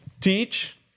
teach